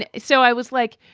and so i was like,